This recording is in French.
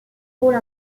rôle